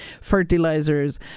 fertilizers